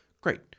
Great